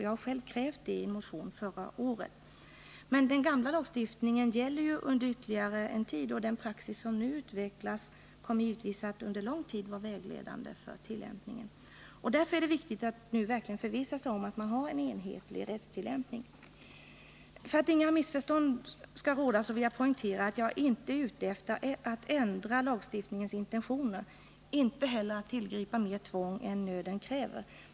Jag har själv krävt detta i en motion förra året. Men den gamla lagstiftningen gäller ju under ytterligare en tid, och den praxis som nu utvecklas kommer givetvis att under lång tid vara vägledande för tillämpningen. Därför är det viktigt att nu verkligen förvissa sig om att man har enhetlig rättstillämpning. För att inga missförstånd skall råda vill jag poängtera att jag inte är ute efter att ändra lagstiftningens intentioner, inte heller att tillgripa mer tvång än nöden kräver.